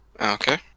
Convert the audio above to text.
Okay